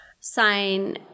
sign